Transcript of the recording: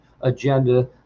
agenda